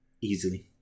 Easily